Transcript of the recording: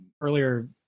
earlier